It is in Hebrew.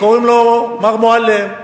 קוראים לו מר מועלם,